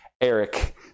Eric